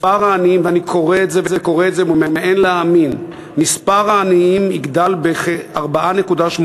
אני קורא את זה וממאן להאמין: מספר העניים יגדל בכ-4.8%,